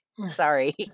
Sorry